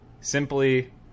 Simply